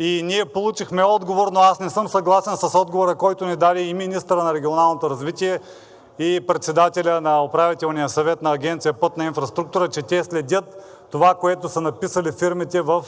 ние получихме отговор, но аз не съм съгласен с отговора, който ни даде и министърът на регионалното развитие, и председателят на Управителния съвет на Агенция „Пътна инфраструктура“, че те следят това, което са написали фирмите в